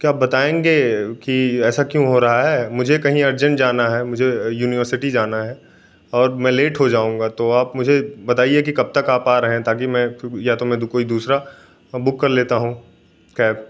क्या आप बताएँगे कि ऐसा क्यों हो रहा है मुझे कहीं अर्जेंट जाना है मुझे यूनिवर्सिटी जाना है और मैं लेट हो जाऊंगा तो आप मुझे बताइए कि आप कब तक आ रहें हैं ताकि मैं या तो दूसरा बुक कर लेता हूँ कैब